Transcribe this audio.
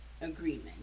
Agreement